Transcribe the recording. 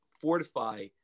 fortify